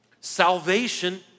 salvation